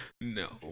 no